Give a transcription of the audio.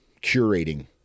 curating